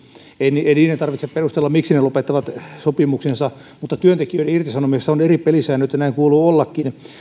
ei niiden niiden tarvitse perustella miksi ne lopettavat sopimuksensa mutta työntekijöiden irtisanomisessa on eri pelisäännöt ja näin kuuluu ollakin